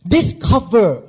Discover